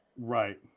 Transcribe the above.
right